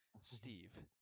Steve